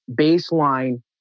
baseline